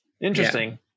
Interesting